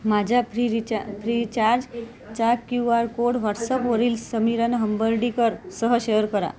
माझा free recharge फ्रीचार्जचा Q R code व्हॉटसॲपवरील समीरन हंबर्डीकरसह शेअर करा